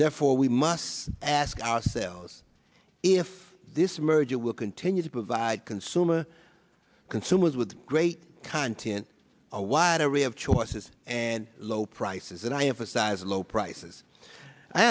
therefore we must ask ourselves if this merger will continue to provide consumer consumers with great content a wide array of choices and low prices and i emphasize low prices i